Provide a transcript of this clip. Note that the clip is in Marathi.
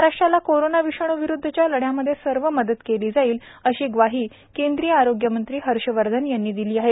महाराष्ट्राला कोरोना विषाणूविरुद्धच्या लढ्यामध्ये सर्व मदत केली जाईल अशी ग्वाही केंद्रीय आरोग्य मंत्री हर्षवर्धन यांनी दिली आहे